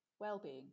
Well-being